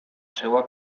seua